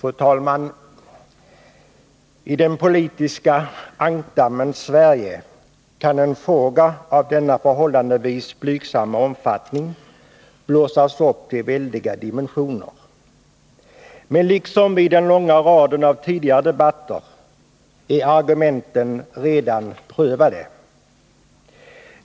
Fru talman! I den politiska ankdammen Sverige kan en fråga av denna förhållandevis blygsamma omfattning blåsas upp till väldiga dimensioner. Men liksom i den långa raden av tidigare debatter är argumenten redan prövade.